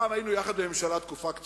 פעם היינו יחד בממשלה תקופה קצרה,